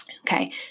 Okay